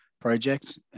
project